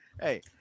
Hey